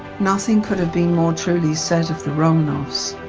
nothing could have been more truly said of the romanovs.